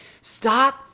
Stop